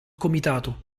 comitato